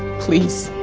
please.